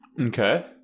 Okay